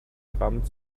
gramm